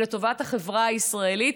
ולטובת החברה הישראלית,